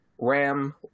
ram